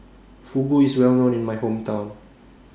Fugu IS Well known in My Hometown